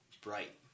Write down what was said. bright